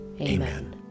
Amen